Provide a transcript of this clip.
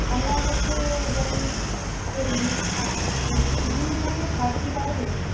আপনার কাছে যেমন এই কলমি শাক এই বিভিন্ন ধরনের শাক কি পাওয়া যাবে